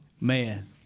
Man